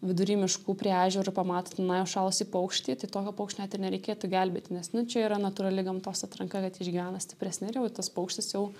vidury miškų prie ežero pamato tenai užšalusį paukštį tai tokio paukščio net ir nereikėtų gelbėti nes nu čia yra natūrali gamtos atranka kad išgyvena stipresni ir jau tas paukštis jau